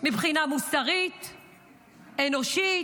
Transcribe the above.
מבחינה מוסרית, אנושית,